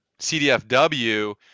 CDFW